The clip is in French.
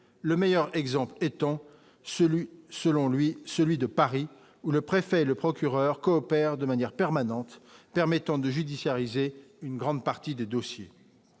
le meilleur exemple étant celui, selon lui, celui de Paris, où le préfet et le procureur coopèrent de manière permanente, permettant de judiciariser, une grande partie des dossiers,